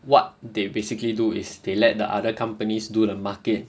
what they basically do is they let the other companies do the market